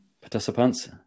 participants